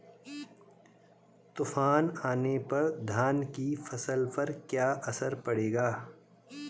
तूफान आने पर धान की फसलों पर क्या असर पड़ेगा?